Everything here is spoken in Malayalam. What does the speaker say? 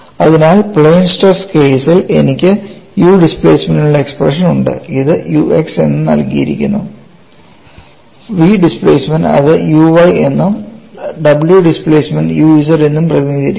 അതിനാൽ പ്ലെയിൻ സ്ട്രെസ് കേസിൽ എനിക്ക് u ഡിസ്പ്ലേസ്മെന്റിനുള്ള എക്സ്പ്രഷൻ ഉണ്ട് അത് u x എന്ന് നൽകിയിരിക്കുന്നു v ഡിസ്പ്ലേസ്മെൻറ് അത് u y എന്നും w ഡിസ്പ്ലേസ്മെൻറ് u z എന്നും പ്രതിനിധീകരിക്കുന്നു